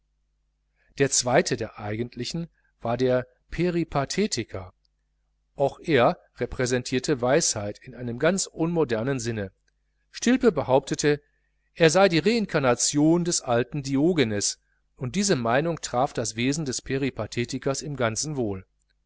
der zweite der eigentlichen war der peripathetiker auch er repräsentierte weisheit in einem ganz unmodernen sinne stilpe behauptete er sei die reincarnation des alten diogenes und diese meinung traf das wesen des peripathetikers im ganzen wohl